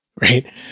Right